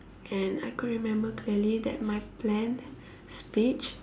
and I could remember clearly that my planned speech